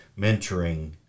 mentoring